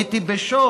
הייתי בשוק.